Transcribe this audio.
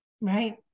Right